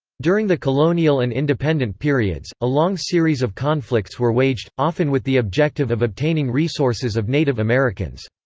during the colonial and independent periods, a long series of conflicts were waged, often with the objective of obtaining resources of native americans.